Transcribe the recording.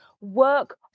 Work